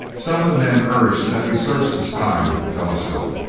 some of the men urged that we search the sky with the telescope.